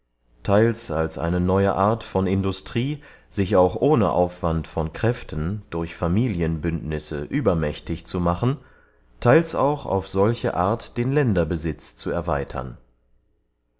theils als eine neue art von industrie sich auch ohne aufwand von kräften durch familienbündnisse übermächtig zu machen theils auch auf solche art den länderbesitz zu erweitern